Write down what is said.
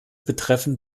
betreffen